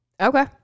Okay